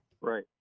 Right